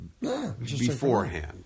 beforehand